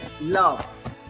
love